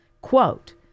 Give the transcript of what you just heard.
Quote